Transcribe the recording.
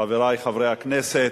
חברי חברי הכנסת,